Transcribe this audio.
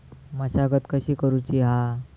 मशागत कशी करूची हा?